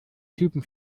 typen